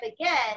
again